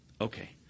Okay